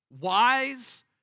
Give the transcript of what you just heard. wise